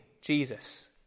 Jesus